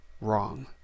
wrong